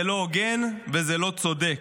זה לא הוגן וזה לא צודק,